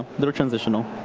litt transitional.